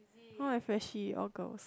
all my freshie all girls